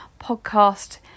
podcast